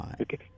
Okay